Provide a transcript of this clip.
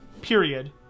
period